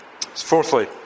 fourthly